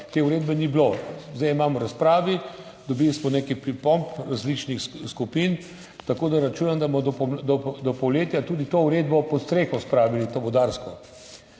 te uredbe ni bilo. Zdaj imam v razpravi, dobili smo nekaj pripomb različnih skupin, tako da računam, da bomo do poletja tudi to vodarsko uredbo spravili pod streho.